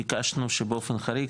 ביקשנו שבאופן חריג,